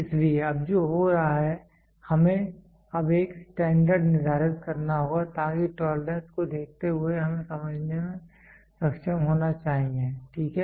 इसलिए अब जो हो रहा है हमें अब एक स्टैंडर्ड निर्धारित करना होगा ताकि टोलरेंस को देखते हुए हमें समझने में सक्षम होना चाहिए ठीक है